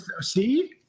See